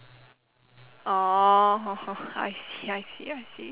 orh I see I see I see